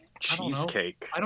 Cheesecake